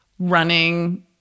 running